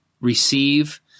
receive